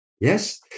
Yes